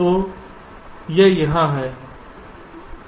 तो यह यहाँ है